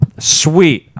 Sweet